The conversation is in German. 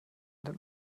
den